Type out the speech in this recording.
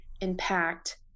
impact